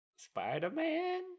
Spider-Man